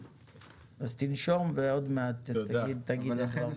אז תנשום ותגיד איך היה.